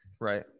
right